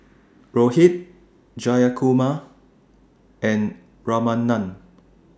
Rohit Jayakumar and Ramanand